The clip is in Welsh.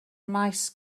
maes